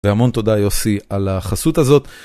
והמון תודה יוסי על החסות הזאת.